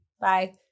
Bye